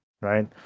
right